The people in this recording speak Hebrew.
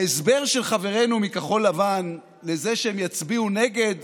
ההסבר של חברינו מכחול לבן לזה שהם יצביעו נגד